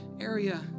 area